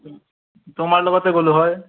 তোমাৰ লগতে গ'লোঁ হয়